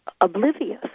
oblivious